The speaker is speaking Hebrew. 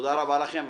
תודה רבה לכם.